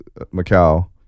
macau